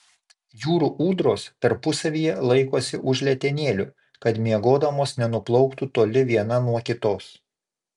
jūrų ūdros tarpusavyje laikosi už letenėlių kad miegodamos nenuplauktų toli viena nuo kitos